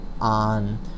on